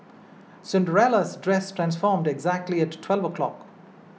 Cinderella's dress transformed exactly at twelve o'clock